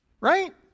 Right